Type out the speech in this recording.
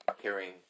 hearing